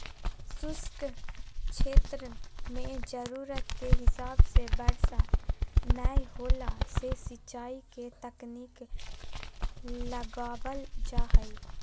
शुष्क क्षेत्र मे जरूरत के हिसाब से बरसा नय होला से सिंचाई के तकनीक लगावल जा हई